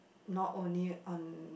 not only on